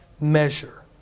measure